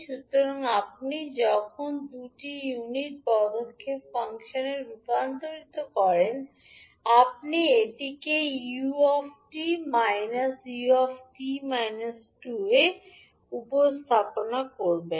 সুতরাং আপনি যখন দুটি ইউনিট পদক্ষেপ ফাংশনে রূপান্তর করেন আপনি এটিকে 𝑢 𝑡 𝑢 𝑡 2 এর মতো উপস্থাপন করবেন